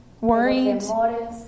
worried